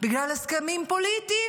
בגלל הסכמים פוליטיים.